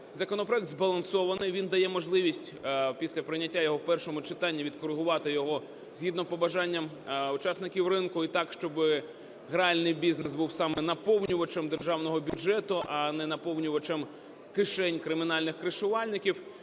Законопроект збалансований, він дає можливість після прийняття його в першому читанні відкоригувати його згідно побажань учасників ринку і так, щоби гральний бізнес був саме наповнювачем державного бюджету, а не наповнювачем кишень кримінальних "кришувальників".